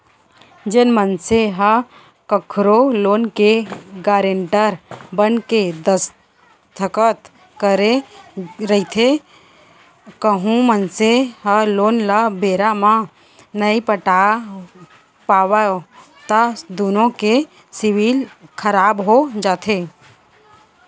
जेन मनसे ह कखरो लोन के गारेंटर बनके दस्कत करे रहिथे कहूं मनसे ह लोन ल बेरा म नइ पटा पावय त दुनो के सिविल खराब हो जाथे